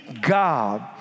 God